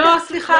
סליחה,